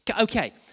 Okay